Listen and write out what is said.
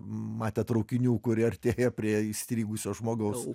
matę traukinių kurie artėja prie įstrigusio žmogaus